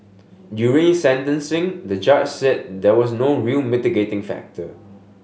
during sentencing the judge said there was no real mitigating factor